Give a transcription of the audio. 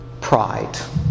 Pride